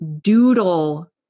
doodle